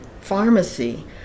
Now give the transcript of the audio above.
pharmacy